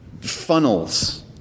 funnels